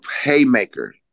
Haymaker